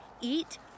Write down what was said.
eat